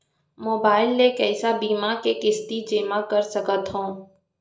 Mobile ले कइसे बीमा के किस्ती जेमा कर सकथव?